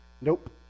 nope